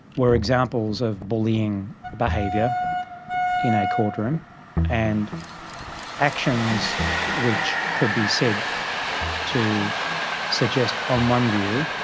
were examples of bullying behaviour in a courtroom and actions which could be said to suggest on one view,